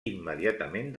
immediatament